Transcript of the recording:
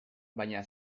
baina